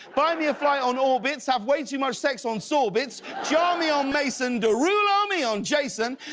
buy me a flight on orbitz. have way too much sex on sore bits. jar me on mason. derulo me on jason.